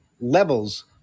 levels